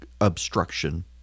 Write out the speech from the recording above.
obstruction